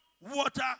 water